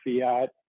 Fiat